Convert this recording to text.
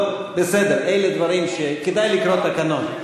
טוב, בסדר, אלה דברים, כדאי לקרוא בתקנון.